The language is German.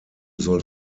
soll